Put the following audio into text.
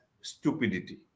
stupidity